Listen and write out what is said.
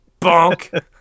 Bonk